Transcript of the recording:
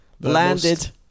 landed